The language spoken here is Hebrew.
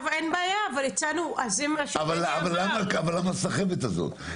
אין בעיה, אבל הצענו --- אבל למה הסחבת הזאת?